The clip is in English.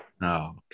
no